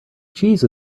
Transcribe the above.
cheese